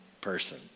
person